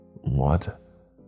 What